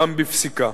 גם בפסיקה.